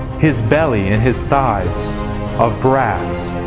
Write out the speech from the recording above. his belly and his thighs of brass,